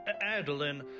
Adeline